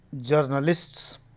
journalists